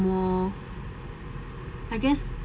more I guess